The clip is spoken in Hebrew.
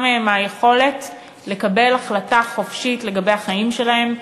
מהם היכולת לקבל החלטה חופשית לגבי החיים שלהם.